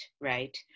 right